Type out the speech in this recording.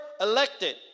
elected